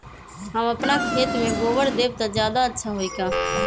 हम अपना खेत में गोबर देब त ज्यादा अच्छा होई का?